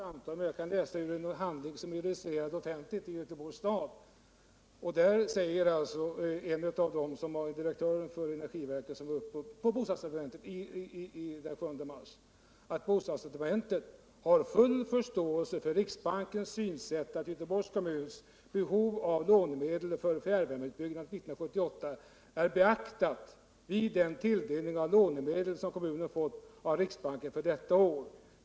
Herr talman! Jag skall inte heller röja några samtal, men jag kan läsa ur en handling som är registrerad som offentlig i Göteborgs kommun. Där skriver direktören för energiverket, som var med uppe på bostadsdepartementet den 7 mars, att bostadsdepartementet har full förståelse för riksbankens synsätt att Göteborgs kommuns behov av lånemedel för fjärrvärmeutbyggnad 1978 är beaktat vid den tilldelning av lånemedel som kommunen fått av riksbanken för detta år.